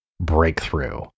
breakthrough